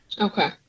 Okay